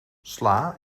sla